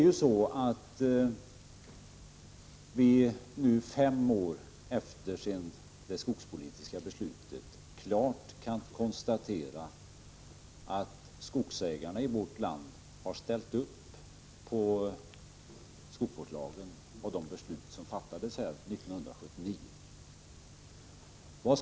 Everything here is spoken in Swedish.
Vi kan nu, fem år efter det skogspolitiska beslutet, klart konstatera att skogsägarna i vårt land har ställt upp på skogsvårdslagen och de beslut som fattades här 1979.